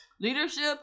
leadership